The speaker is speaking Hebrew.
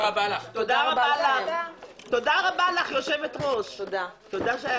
הישיבה ננעלה בשעה 13:30.